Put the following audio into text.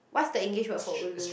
what's the English word for ulu